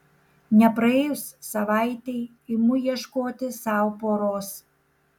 nepraėjus savaitei imu ieškoti sau poros